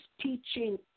teaching